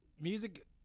music